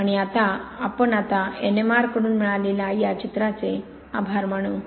आणि आपण आता N M R कडून मिळालेल्या या चित्राचे आभार मानू